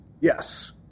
Yes